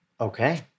Okay